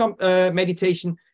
meditation